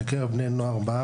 בקרב בני נוער.